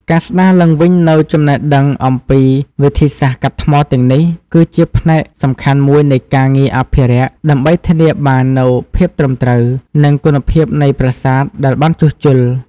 ការស្ដារឡើងវិញនូវចំណេះដឹងអំពីវិធីសាស្ត្រកាត់ថ្មទាំងនេះ គឺជាផ្នែកសំខាន់មួយនៃការងារអភិរក្ស ដើម្បីធានាបាននូវភាពត្រឹមត្រូវ និងគុណភាពនៃប្រាសាទដែលបានជួសជុល។